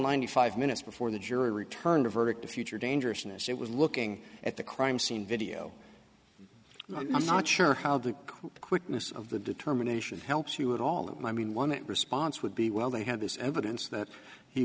ninety five minutes before the jury returned a verdict of future dangerousness it was looking at the crime scene video i'm not sure how the quickness of the determination helps you at all and i mean one response would be well they had this evidence that he